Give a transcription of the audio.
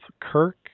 Kirk